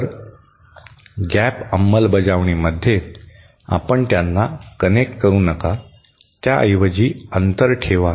तर गॅप अंमलबजावणीमध्ये आपण त्यांना कनेक्ट करू नका त्याऐवजी अंतर ठेवा